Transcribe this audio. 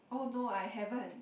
oh no I haven't